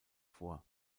vor